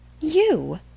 You